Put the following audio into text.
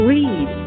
Read